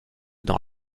dans